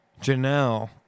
Janelle